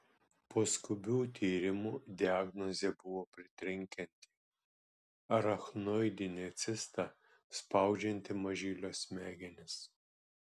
po skubių tyrimų diagnozė buvo pritrenkianti arachnoidinė cista spaudžianti mažylio smegenis